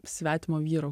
svetimo vyro